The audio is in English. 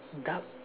dark